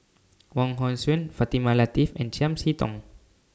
Wong Hong Suen Fatimah Lateef and Chiam See Tong